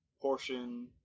portion